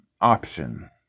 option